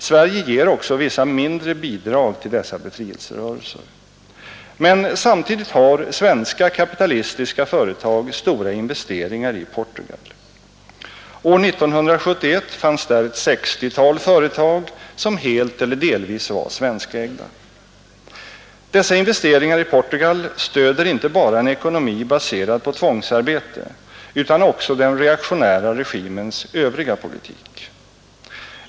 Sverige ger också vissa mindre bidrag till dessa befrielserörelser. Men samtidigt har svenska kapitalistiska företag stora investeringar i Portugal. År 1971 fanns där ett sextiotal företag som helt eller delvis var svenskägda. Dessa investeringar i Portugal stöder inte bara en ekonomi baserad på tvångsarbete utan också den reaktionära regimens övriga politik.